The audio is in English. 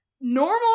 normal